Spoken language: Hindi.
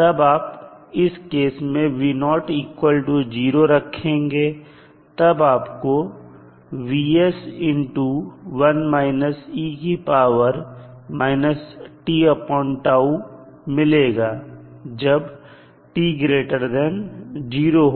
तब आप इस केस में 0 रखेंगे तब आपको मिलेगा जब t0